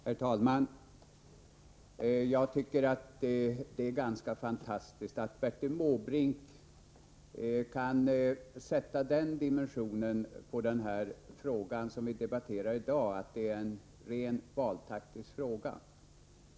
Herr talman! Jag tycker att det är ganska fantastiskt att Bertil Måbrink kan ge den fråga vi i dag debatterar den dimensionen att det är en rent valtaktisk fråga.